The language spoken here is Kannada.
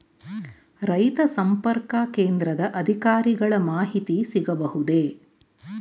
ರೈತ ಸಂಪರ್ಕ ಕೇಂದ್ರದ ಅಧಿಕಾರಿಗಳ ಮಾಹಿತಿ ಸಿಗಬಹುದೇ?